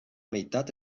meitat